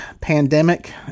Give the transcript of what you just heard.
pandemic